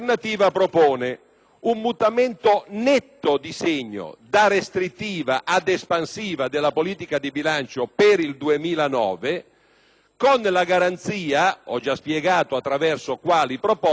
un mutamento netto di segno, da restrittiva ad espansiva, della politica di bilancio per il 2009, con la garanzia - ho già spiegato attraverso quali proposte - che